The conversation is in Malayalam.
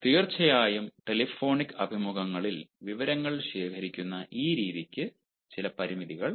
തീർച്ചയായും ടെലിഫോണിക് അഭിമുഖത്തിലൂടെ വിവരങ്ങൾ ശേഖരിക്കുന്ന ഈ രീതിക്ക് ചില പരിമിതികൾ ഉണ്ട്